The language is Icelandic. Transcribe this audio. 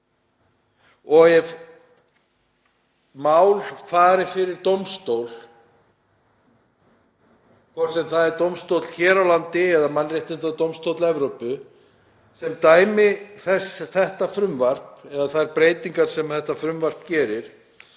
og ef mál fara fyrir dómstól, hvort sem það er dómstóll hér á landi eða Mannréttindadómstóll Evrópu sem dæmir þetta frumvarp eða þær breytingar sem þetta frumvarp gerir